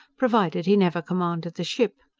provided he never commanded the ship.